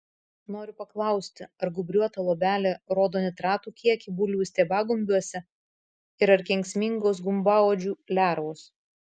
noriu paklausti ar gūbriuota luobelė rodo nitratų kiekį bulvių stiebagumbiuose ir ar kenksmingos gumbauodžių lervos